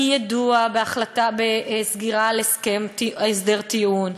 אי-יידוע בסגירה על הסדר טיעון,